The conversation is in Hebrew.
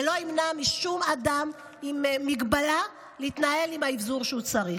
ולא יימנע משום אדם עם מגבלה להתנהל עם האבזור שהוא צריך.